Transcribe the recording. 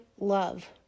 love